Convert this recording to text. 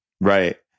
right